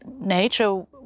nature